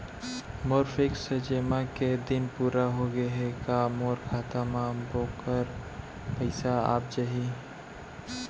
मोर fix जेमा के दिन पूरा होगे हे का मोर खाता म वोखर पइसा आप जाही?